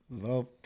Love